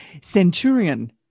Centurion